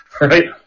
right